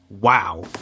Wow